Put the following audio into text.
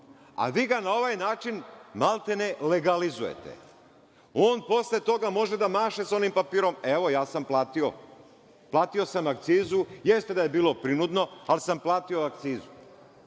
a vi ga na ovaj način maltene legalizujete. On posle toga može da maše sa onim papirom, evo, ja sam platio, platio sam akcizu, jeste da je bilo prinudno, ali sam platio akcizu. Prosto